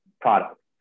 products